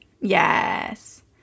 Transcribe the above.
Yes